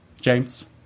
James